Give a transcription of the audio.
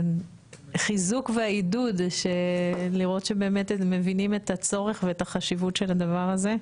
החיזוק והעידוד לראות שבאמת מבינים את הצורך ואת החשיבות של הדבר הזה,